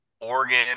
Oregon